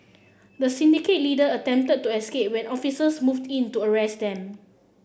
the syndicate leader attempted to escape when officers moved in to arrest them